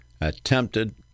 attempted